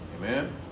Amen